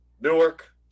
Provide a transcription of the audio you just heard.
Newark